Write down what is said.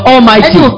Almighty